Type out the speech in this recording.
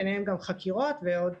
ביניהם גם חקירות ועוד